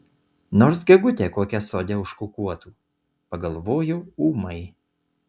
nors gegutė kokia sode užkukuotų pagalvojau ūmai